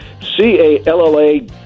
C-A-L-L-A